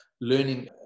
learning